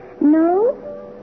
No